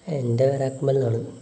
എൻ്റെ പേര് അക്മൽ എന്നാണ്